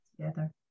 together